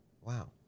Wow